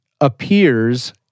appears